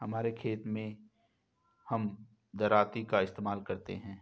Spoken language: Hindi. हमारे खेत मैं हम दरांती का इस्तेमाल करते हैं